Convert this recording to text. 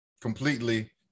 completely